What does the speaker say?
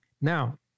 now